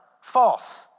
false